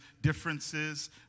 differences